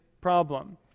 problem